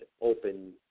open